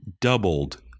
doubled